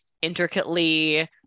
intricately